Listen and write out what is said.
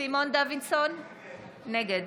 סימון דוידסון, נגד אבי דיכטר,